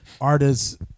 artists